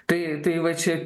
tai tai va čia